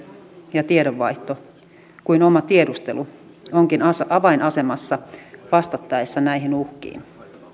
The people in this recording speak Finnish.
ja tiedonvaihto kuten myös oma tiedustelu ovatkin avainasemassa vastattaessa näihin uhkiin